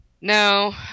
no